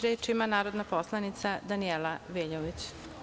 Reč ima narodna poslanica Danijela Veljović.